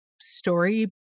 story